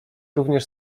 również